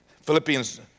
Philippians